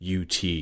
UT